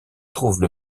trouve